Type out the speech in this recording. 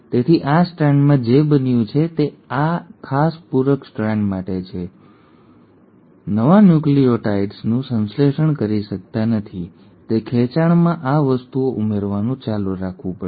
તેથી આ સ્ટ્રાન્ડમાં જે બન્યું છે તે આ ખાસ પૂરક સ્ટ્રાન્ડ માટે છે ડીએનએ પોલિમરેઝ એક સાથે નવા ન્યુક્લિઓટાઇડ્સનું સંશ્લેષણ કરી શકતા નથી તે ખેંચાણમાં આ વસ્તુઓ ઉમેરવાનું ચાલુ રાખવું પડશે